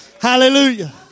Hallelujah